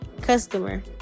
customer